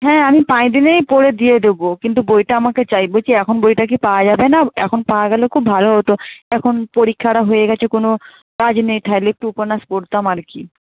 হ্যাঁ আমি পাঁচ দিনেই পড়ে দিয়ে দেবো কিন্তু বইটা আমাকে চাই বলছি এখন বইটা কি পাওয়া যাবে না এখন পাওয়া গেলে খুব ভালো হতো এখন পরীক্ষারও হয়ে গেছে কোনো কাজ নেই তাহলে একটু উপন্যাস পড়তাম আর কি